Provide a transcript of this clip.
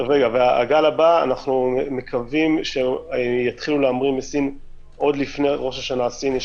אנחנו מקווים שיתחילו להמריא מסין עוד לפני ראש השנה הסיני,